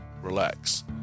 relax